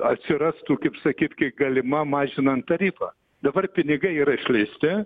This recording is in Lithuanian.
ir atsirastų kaip sakyt kai galima mažinant tarifą dabar pinigai yra išleisti